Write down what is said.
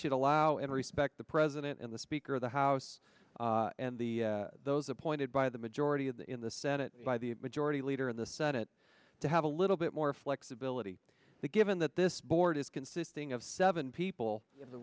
should allow and respect the president and the speaker of the house and the those appointed by the majority of the in the senate by the majority leader in the senate to have a little bit more flexibility given that this board is consisting of seven people in the